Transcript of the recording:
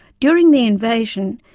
during the invasion,